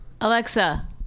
Alexa